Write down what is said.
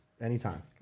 anytime